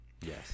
Yes